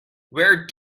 where